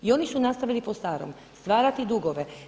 I oni su nastavili po starom stvarati dugove.